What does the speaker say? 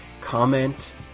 comment